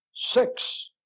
Six